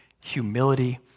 humility